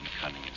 cunning